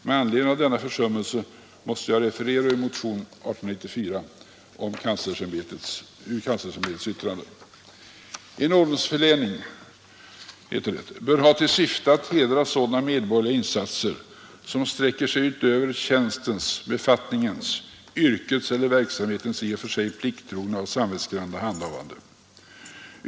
Med anledning av denna försummelse måste jag citera referatet i motionen 1894 av kanslersämbetets yttrande: ”En ordensförläning, heter det där, bör ha till syfte att hedra sådana medborgerliga insatser som sträcker sig utöver tjänstens, befattningens, yrkets eller verksamhetens i och för sig plikttrogna och samvetsgranna handhavande.